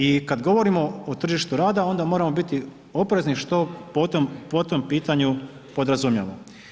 I kada govorimo o tržištu rada onda moramo biti oprezni što po tom pitanju podrazumijevamo.